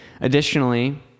additionally